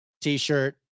t-shirt